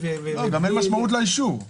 גם אין משמעות לאישור.